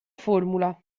formula